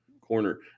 corner